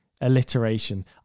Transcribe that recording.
alliteration